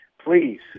Please